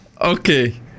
Okay